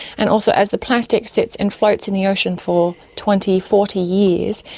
and also as the plastic sits and floats in the ocean for twenty, forty years,